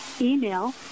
email